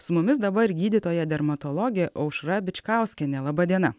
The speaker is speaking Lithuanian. su mumis dabar gydytoja dermatologė aušra bičkauskienė laba diena